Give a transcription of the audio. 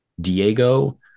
Diego